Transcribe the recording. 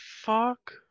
fuck